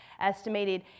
estimated